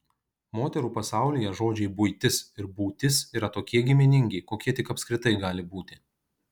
moterų pasaulyje žodžiai buitis ir būtis yra tokie giminingi kokie tik apskritai gali būti